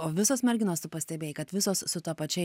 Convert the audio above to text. o visos merginos tu pastebėjai kad visos su ta pačia